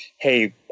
hey